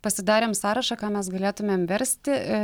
pasidarėm sąrašą ką mes galėtumėm versti